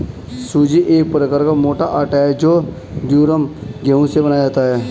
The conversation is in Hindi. सूजी एक प्रकार का मोटा आटा है जो ड्यूरम गेहूं से बनाया जाता है